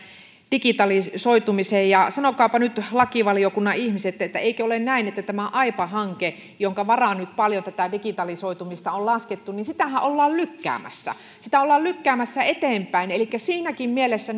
digitalisoitumisen sanokaapa nyt lakivaliokunnan ihmiset eikö ole näin että tätä aipa hanketta jonka varaan nyt paljon tätä digitalisoitumista on laskettu ollaan lykkäämässä sitähän ollaan lykkäämässä eteenpäin elikkä siinäkään mielessä